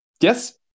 yes